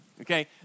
okay